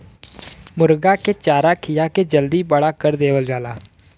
मुरगा के चारा खिया के जल्दी बड़ा कर देवल जाला